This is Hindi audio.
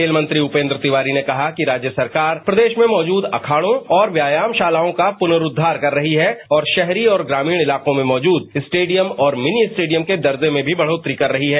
खेल मंत्री उपेन्द्र तिवारी ने कहा कि राज्य सरकार प्रदेश में मौजूद अखाड़ों और व्यायाम शालाओं का पुनरूद्वार कर रही है और शहरी और ग्रामीण इलाकों में मौजूद स्टेडियम और मिनी स्टेडियम के दर्जे में बढ़ोतरी कर रही है